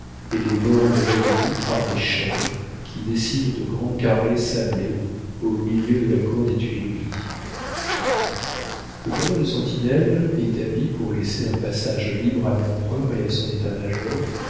et les bornes réunies par des chaînes qui dessinent de grands carrés sablés au milieu de la cour des tuileries le cordon de sentinelles établi pour laisser un passage libre à l'empereur et à son état-major